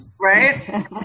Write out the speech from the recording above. right